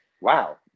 wow